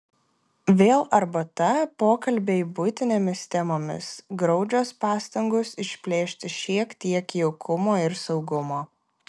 vėl arbata pokalbiai buitinėmis temomis graudžios pastangos išplėšti šiek tiek jaukumo ir saugumo